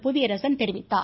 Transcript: புவியரசன் தெரிவித்தார்